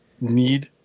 need